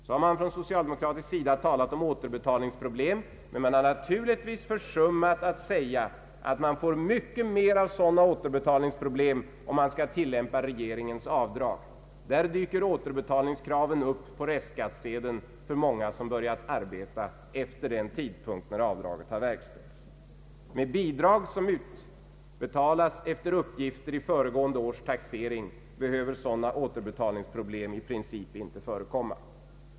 Man har från socialdemokratiskt håll talat om återbetalningsproblem, men man har naturligtvis försummat att säga att man får mycket mer av sådana återbetalningsproblem om man skall tillämpa regeringens avdrag; där dyker återbetalningskraven upp på restskattsedeln för många som börjat arbeta efter den tidpunkt då avdraget har verkställts. Med bidrag som utbetalas efter uppgifter i föregående års taxering be höver sådana återbetalningsproblem i princip inte förekomma.